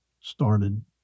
started